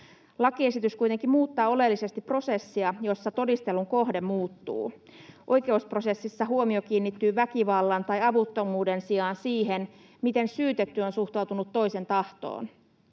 Lakiesitys kuitenkin muuttaa oleellisesti prosessia, jossa todistelun kohde muuttuu. Oikeusprosessissa huomio kiinnittyy väkivallan tai avuttomuuden sijaan siihen, miten syytetty on suhtautunut toisen tahtoon.